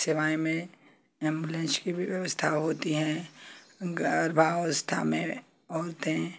सेवाएँ में एंबुलेंस की व्यवस्था होती है गर्भावस्था में होते हैं